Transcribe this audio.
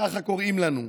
כך קוראים לנו.